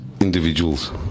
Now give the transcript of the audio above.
individuals